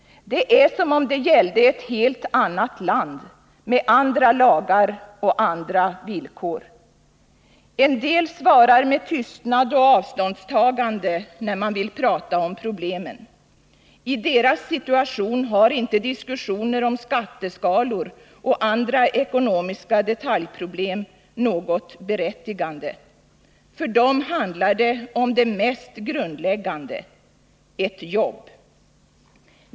Det är som om det gällde ett helt annat land, med andra lagar och andra villkor. En del svarar med tystnad och avståndstagande när man vill prata om problemen. I deras situation har inte diskussioner om skatteskalor och andra ekonomiska detaljproblem något berättigande. För dem handlar det om det mest grundläggande: ett jobb.